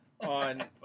on